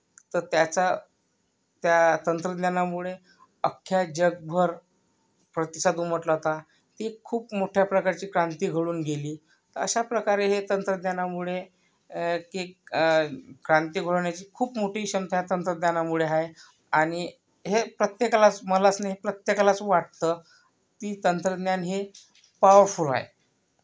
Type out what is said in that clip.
तर त्याचा त्या तंत्रज्ञानामुळे अख्ख्या जगभर प्रतिसाद उमटला होता ती खूप मोठ्या प्रकारची क्रांती घडून गेली अशाप्रकारे हे तंत्रज्ञानामुळे एक क्रांती घडवण्याची खूप मोठी क्षमता तंत्रज्ञानामुळे आहे आणि हे प्रत्येकालाच मलाच नाही प्रत्येकाला असं वाटतं की तंत्रज्ञान हे पावरफुल आहे